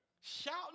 shouting